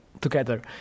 together